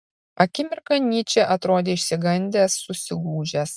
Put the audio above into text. akimirką nyčė atrodė išsigandęs susigūžęs